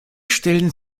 stellen